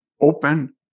open